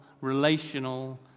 relational